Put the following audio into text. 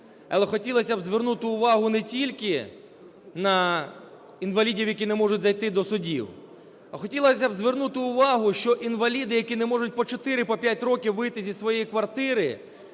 Але хотілося б звернути увагу не тільки на інвалідів, які не можуть зайти до судів, а хотілося б звернути увагу, що інваліди, які не можуть по 4, по 5 років вийти зі своєї квартири,